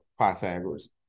Pythagoras